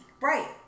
Right